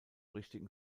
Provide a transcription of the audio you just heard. richtigen